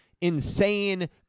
insane